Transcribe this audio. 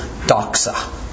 doxa